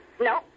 No